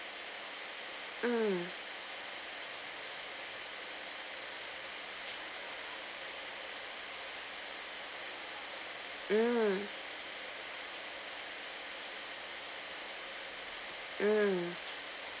mm mm mm